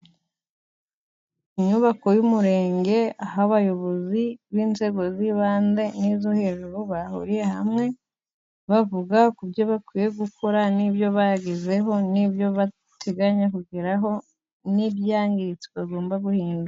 Inyubako y'umurenge, aho abayobozi b'inzego z'ibanze n'izo hejuru, bahuriye hamwe bavuga ku byo bakwiye gukora n'ibyo bagezeho ,n'ibyo bateganya kugeraho n'ibyangiritse bagomba guhindu...